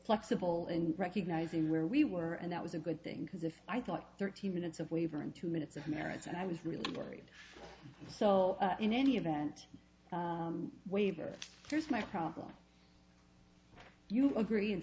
flexible in recognizing where we were and that was a good thing because if i thought thirty minutes of wavering two minutes of merits and i was really worried so in any event way that here's my problem you agree in